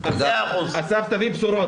אסף, תביא בשורות.